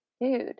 dude